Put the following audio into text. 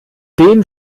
dem